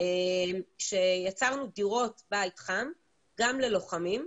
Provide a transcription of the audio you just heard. יצרנו דירות בית חם גם ללוחמים,